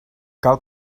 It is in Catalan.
cal